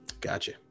gotcha